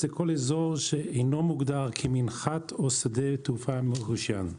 זה כל אזור שאינו מוגדר כמנחת או שדה תעופה מרושין,